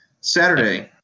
Saturday